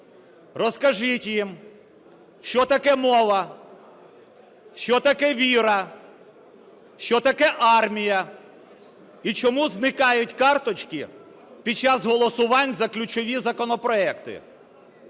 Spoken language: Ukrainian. Розкажіть їм, що таке мова, що таке віра, що таке армія, і чому зникають карточки під час голосувань за ключові законопроекти.